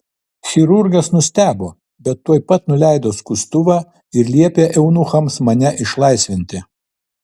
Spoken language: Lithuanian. chirurgas nustebo bet tuoj pat nuleido skustuvą ir liepė eunuchams mane išlaisvinti